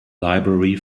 library